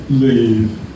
leave